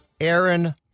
Aaron